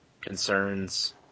concerns